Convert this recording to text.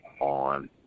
on